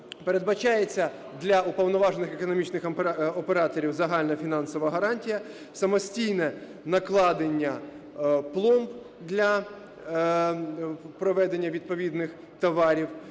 Передбачається для уповноважених економічних операторів загальна фінансова гарантія, самостійне накладення пломб для проведення відповідних товарів.